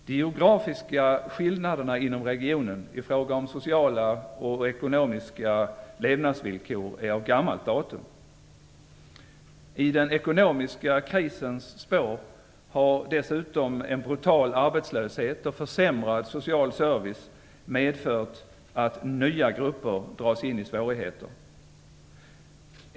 De geografiska skillnaderna inom regionen i fråga om sociala och ekonomiska levnadsvillkor är av gammalt datum. I den ekonomiska krisens spår har dessutom en brutal arbetslöshet och försämrad social service medfört att nya grupper dras in i svårigheter.